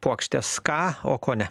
puokštės ką o ko ne